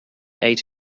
ate